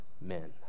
men